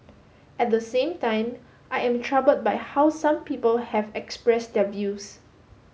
at the same time I am troubled by how some people have expressed their views